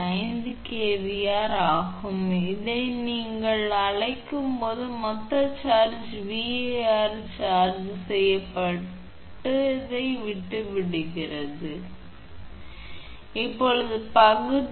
5 kVAr ஆகும் அதாவது நீங்கள் அழைக்கும் மொத்த சார்ஜிங் VAr சார்ஜ் செய்வதை விட்டுவிடுகிறது 511 kVAr என்றால் அது